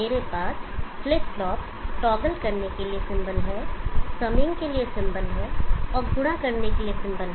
मेरे पास flip flop toggle करने के लिए सिंबल है समिंग के लिए सिंबल है और गुणा करने के लिए सिंबल है